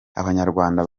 abanyarwanda